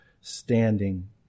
standing